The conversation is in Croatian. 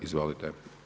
Izvolite.